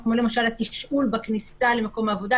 כמו למשל התשאול בכניסה למקום העבודה,